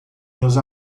meus